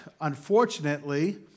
unfortunately